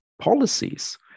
policies